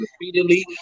repeatedly